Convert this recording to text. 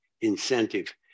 incentive